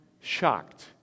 shocked